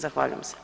Zahvaljujem se.